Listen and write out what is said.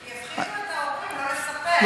כי הפחידו את ההורים לא לספר,